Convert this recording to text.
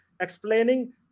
explaining